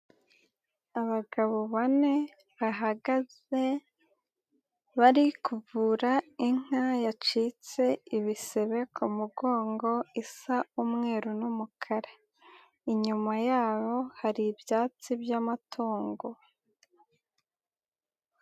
Abagabo bane bahagaze bari kuvura inka yacitse ibisebe ku mugongo, isa umweru n'umukara. Inyuma ya hari ibyatsi by'amatungo.